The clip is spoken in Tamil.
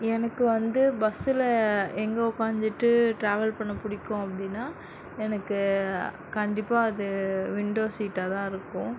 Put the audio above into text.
எனக்கு வந்து பஸ்ஸில் எங்கே உக்காந்துட்டு ட்ராவல் பண்ண பிடிக்கும் அப்படின்னா எனக்கு கண்டிப்பாக அது விண்டோ சீட்டாக தான் இருக்கும்